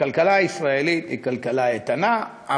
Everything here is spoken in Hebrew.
הכלכלה הישראלית היא כלכלה איתנה,